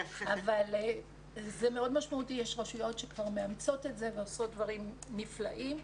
זה מאוד משמעותי ויש רשויות שכבר מאמצות את זה ועושות דברים נפלאים.